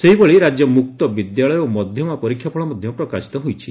ସେହିଭଳି ରାକ୍ୟ ମୁକ୍ତ ବିଦ୍ୟାଳୟ ଓ ମଧ୍ଧମା ପରୀକ୍ଷା ଫଳ ମଧ୍ଧ ପ୍ରକାଶିତ ହୋଇଛି